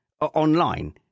online